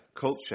culture